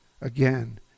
Again